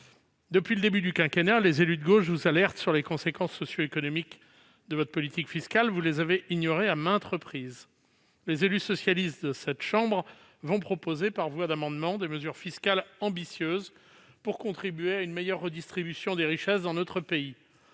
Depuis le début du quinquennat, les élus de gauche vous alertent sur les conséquences socio-économiques de votre politique fiscale. Vous avez ignoré à maintes reprises ces mises en garde. Les élus socialistes de cette chambre vont donc proposer par voie d'amendement des mesures fiscales ambitieuses pour contribuer à une meilleure redistribution des richesses dans notre pays.